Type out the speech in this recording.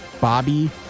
Bobby